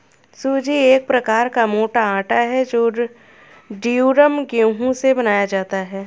सूजी एक प्रकार का मोटा आटा है जो ड्यूरम गेहूं से बनाया जाता है